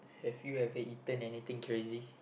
have you ever eaten anything crazy